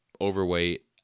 overweight